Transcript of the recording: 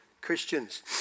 Christians